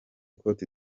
cote